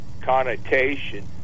connotation